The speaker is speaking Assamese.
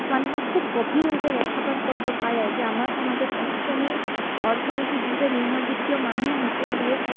মানুহক খুব গভীৰভাৱে ৰেখাপাত কৰিব পাৰে যে আমাৰ সমাজত এক শ্ৰেণীৰ অৰ্থনৈতিকভাৱে নিম্ন বিত্তীয় মানুহ আছে যিয়ে